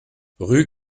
rue